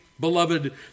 Beloved